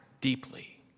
deeply